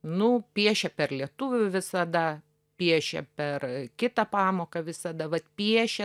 nu piešia per lietuvių visada piešia per kitą pamoką visada vat piešia